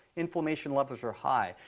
inflammation levels are high.